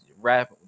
rap